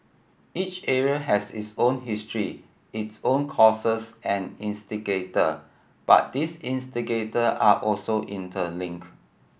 each area has its own history its own causes and instigator but these instigator are also interlinked